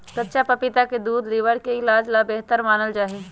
कच्चा पपीता के दूध लीवर के इलाज ला बेहतर मानल जाहई